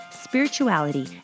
spirituality